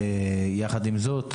יחד עם זאת,